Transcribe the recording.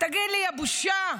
תגיד לי, יא בושה,